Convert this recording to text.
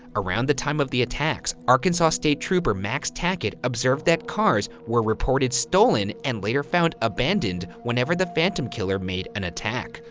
around the time of the attacks, arkansas state trooper max tackett observed that cars were reported stolen and later found abandoned whenever the phantom killer made an attack.